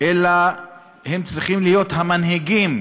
אלא הם צריכים להיות המנהיגים